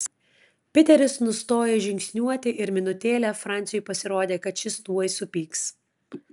piteris nustojo žingsniuoti ir minutėlę franciui pasirodė kad šis tuoj supyks